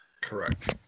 Correct